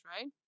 right